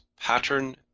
pattern